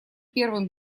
первым